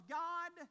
god